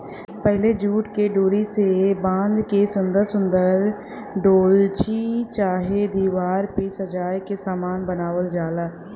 पहिले जूटे के डोरी से बाँध के सुन्दर सुन्दर डोलची चाहे दिवार पे सजाए के सामान बनावल जाला